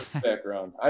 background